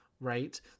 right